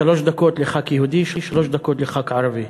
שלוש דקות לחבר כנסת יהודי שלוש דקות לחבר כנסת ערבי.